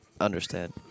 Understand